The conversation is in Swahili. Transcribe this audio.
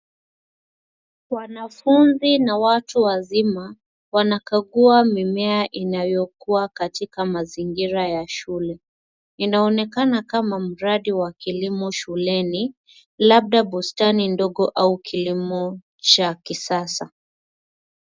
Wanafunzi na watu wazima wanakagua mimea inayokua katika mazingira ya shule inaonekana kama mradi wa kilimo shuleni labda bustani ndogo au kilimo cha kisasa.